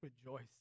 rejoice